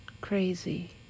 Crazy